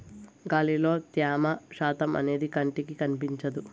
గాలిలో త్యమ శాతం అనేది కంటికి కనిపించదు